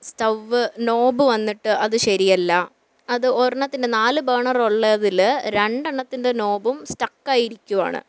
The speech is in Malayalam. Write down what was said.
സ്റ്റൗവ് നോബ് വന്നിട്ട് അത് ശരിയല്ല അത് ഒരെണ്ണത്തിൻ്റെ നാല് ബേണറൊള്ളതിൽ രണ്ടെണ്ണതിൻ്റെ നോബും സ്റ്റക്കായി ഇരിക്കുവാണ്